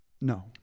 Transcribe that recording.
No